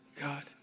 God